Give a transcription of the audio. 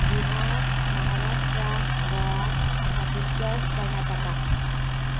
Bihar Maharashtra Goa Chhattisgarh Karnataka